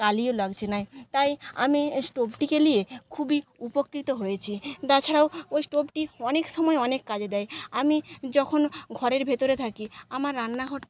কালিও লাগছে নাই তাই আমি স্টোভটিকে নিয়ে খুবই উপকৃত হয়েছি তাছাড়াও ওই স্টোভটি অনেক সময় অনেক কাজে দেয় আমি যখন ঘরের ভেতরে থাকি আমার রান্নাঘরটা